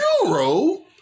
EURO